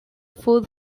food